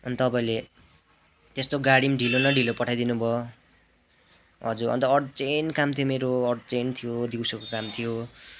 अन्त तपाईँले त्यस्तो गाडी पनि ढिलो न ढिलो पठाइ दिनुभयो हजुर अन्त अर्जेन्ट काम थियो मेरो अर्जेन्ट थियो दिउँसोको काम थियो